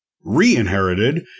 re-inherited